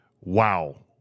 Wow